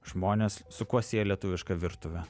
žmonės su kuo sieja lietuvišką virtuvę